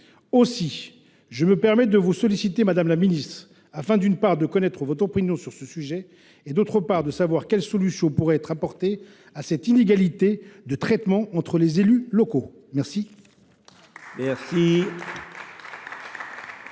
Aussi, je me permets de vous solliciter, madame la ministre, afin, d’une part, de connaître votre opinion sur ce sujet et, d’autre part, de savoir quelles solutions pourraient être apportées à cette inégalité de traitement entre les élus locaux. La